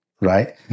right